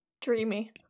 Dreamy